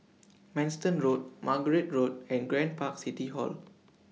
Manston Road Margate Road and Grand Park City Hall